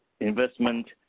investment